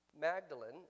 Magdalene